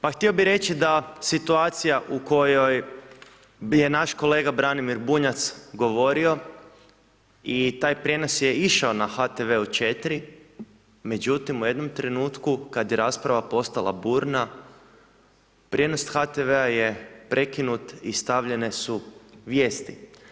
Pa htio bi reći da, situacija u kojoj je naš kolega Branimir Bunjac govorio i taj prijenos je išao u HTV-u 4, međutim u jednom trenutku kad je rasprava postala burna, prijenos HTV-a je prekinut i stavljene su vijesti.